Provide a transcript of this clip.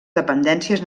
dependències